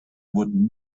wurden